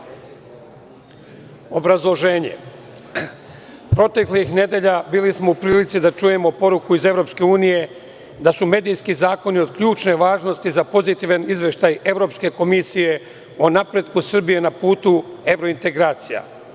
Obrazloženje – proteklih nedelja bili smo u prilici da čujemo poruku iz Evropske unije da su medijski zakoni od ključne važnosti za pozitivan izveštaj Evropske komisije o napretku Srbije na putu evrointegracija.